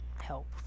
help